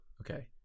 Okay